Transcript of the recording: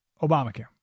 Obamacare